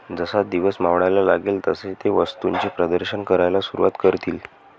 जसा दिवस मावळायला लागेल तसे ते वस्तूंचे प्रदर्शन करायला सुरुवात करतील